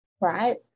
right